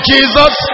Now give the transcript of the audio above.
Jesus